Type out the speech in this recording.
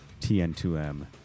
tn2m